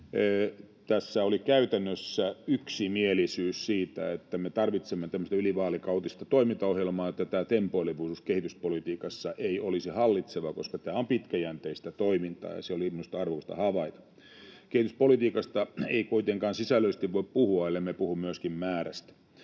Tässä oli käytännössä yksimielisyys siitä, että me tarvitsemme tämmöistä ylivaalikautista toimintaohjelmaa, jotta tämä tempoilevuus kehityspolitiikassa ei olisi hallitseva, koska tämä on pitkäjänteistä toimintaa. Se oli minusta arvokasta havaita. Kehityspolitiikasta ei kuitenkaan sisällöllisesti voi puhua, ellemme puhu myöskin määrästä.